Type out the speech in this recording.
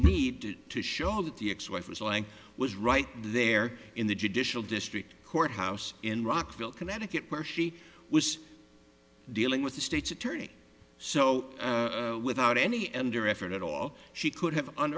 needed to show that the ex wife was lying was right there in the judicial district courthouse in rockville connecticut where she was dealing with the state's attorney so without any endor effort at all she could have on